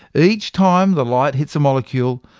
each time the light hits a molecule,